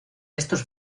estos